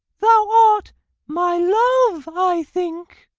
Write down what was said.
thou art my love, i think.